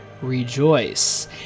rejoice